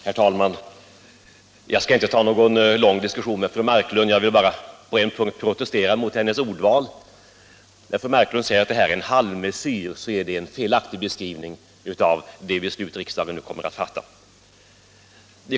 Herr talman! Jag skall inte ta upp någon lång diskussion med fru Marklund; jag vill bara på en punkt protestera mot hennes ordval. När hon kallar det beslut riksdagen nu kommer att fatta en halvmesyr är det nämligen en felaktig beskrivning.